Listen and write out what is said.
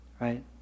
Right